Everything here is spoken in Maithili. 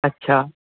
अच्छा